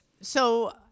So-